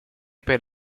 per